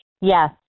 Yes